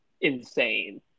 insane